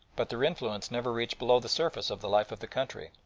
but their influence never reached below the surface of the life of the country,